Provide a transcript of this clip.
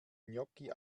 gnocchi